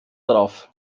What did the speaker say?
darauf